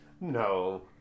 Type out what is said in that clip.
No